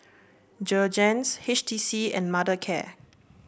Jergens H T C and Mothercare